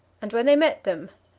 and when they met them,